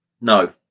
no